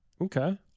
Okay